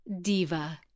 Diva